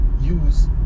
use